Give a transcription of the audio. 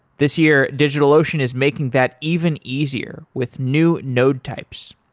this year, digitalocean is making that even easier with new node types.